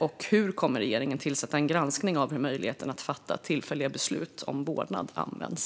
Och kommer regeringen att tillsätta en granskning av hur möjligheten att fatta tillfälliga beslut om vårdnad används?